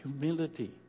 Humility